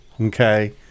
okay